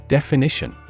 Definition